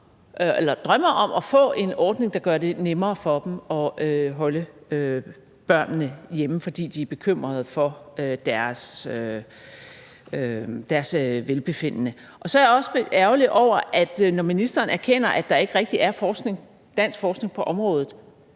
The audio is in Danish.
drømmer om at få en ordning, der gør det nemmere for dem at holde børnene hjemme, fordi de er bekymret for deres velbefindende. Så er jeg også ærgerlig over, at der, når ministeren erkender, at der ikke rigtig er dansk forskning på området,